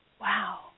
wow